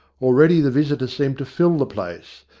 already the visitors seemed to fill the place,